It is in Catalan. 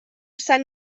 sant